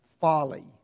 folly